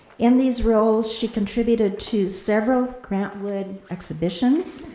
in these roles, she contributed to several grant wood exhibitions,